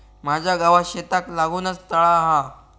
माझ्या गावात शेताक लागूनच तळा हा